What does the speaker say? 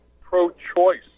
pro-choice